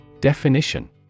Definition